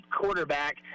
quarterback